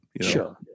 Sure